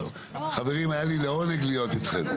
חברים, היה לי לעונג להיות איתכם.